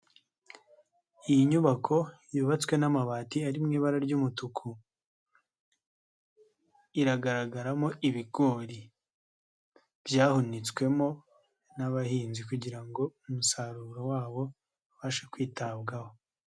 Iyi nyubako yubatswe n'amabati ari mu ibara ry'umutuku, iragaragaramo ibigori byahunitswemo n'abahinzi kugira umusaruro wabo ubashe kwitabwaho.